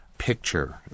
picture